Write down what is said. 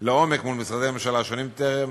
לעומק מול משרדי הממשלה השונים טרם